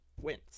wins